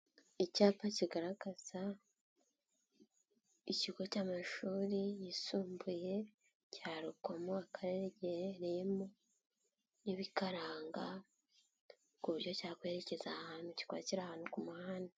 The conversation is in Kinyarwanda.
Icyapa kigaragaza ikigo cy'amashuri yisumbuye cya Rukomo, Akarere giherereyemo n'ibikaranga, ku buryo cyakwerekeza ahantu, kikaba kiri ahantu ku muhanda.